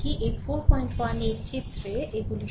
এই 418 চিত্রে এগুলি সমান